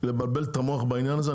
לבלבל את המוח בעניין הזה,